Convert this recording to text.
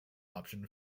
option